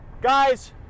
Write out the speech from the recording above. guys